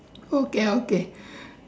okay okay